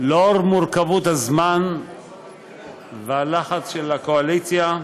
לאור מורכבות הזמן והלחץ של הקואליציה,